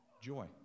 joy